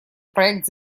проект